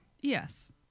Yes